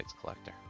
collector